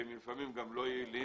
שלפעמים הם גם לא יעילים,